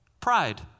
pride